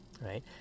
Right